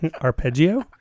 arpeggio